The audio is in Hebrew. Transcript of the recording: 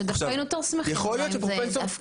שהיינו יותר שמחיים מהפקעה,